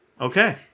Okay